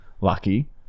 Lucky